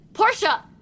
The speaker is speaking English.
Portia